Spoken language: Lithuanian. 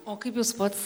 o kaip jūs pats